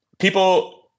People